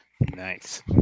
nice